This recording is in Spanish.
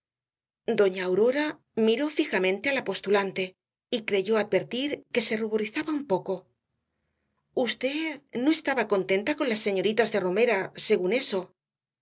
doña aurora miró fijamente á la postulante y creyó advertir que se ruborizaba un poco usted no estaba contenta con las señoritas de romera según eso